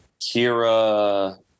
Kira